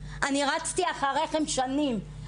אני רצתי אחריכם שנים,